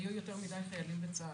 היו יותר מדי חיילים בצה"ל.